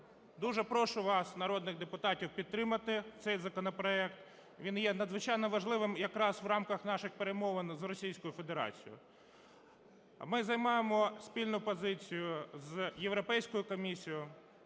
дуже прошу вас, народних депутатів, підтримати цей законопроект. Він є надзвичайно важливим якраз в рамках наших перемовин з Російською Федерацією. Ми займаємо спільну позицію з Європейською комісією,